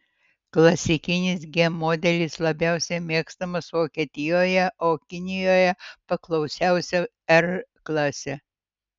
klasikinis g modelis labiausiai mėgstamas vokietijoje o kinijoje paklausiausia r klasė